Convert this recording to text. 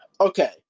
Okay